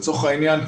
לצורך העניין,